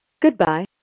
Goodbye